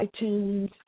iTunes